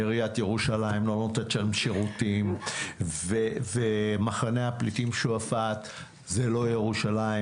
עיריית ירושלים לא נותנת שם שירותים ומחנה הפליטים שועפט זה לא ירושלים,